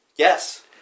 Yes